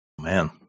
man